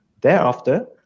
Thereafter